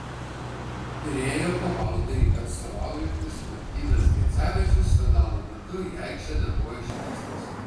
pirėjo komandai atstovaujantis martynas gecevičius finalo metu į aikštę nebuvo išleistas